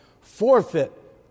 forfeit